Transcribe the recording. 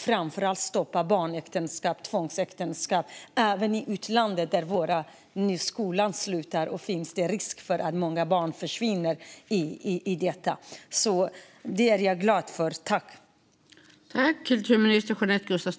Framför allt måste vi stoppa barnäktenskap och tvångsäktenskap, även i utlandet. Nu när skolorna stänger finns det en risk att många barn försvinner till detta. Jag är glad för det som görs.